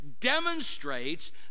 demonstrates